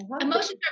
Emotions